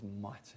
mighty